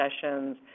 sessions